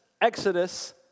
Exodus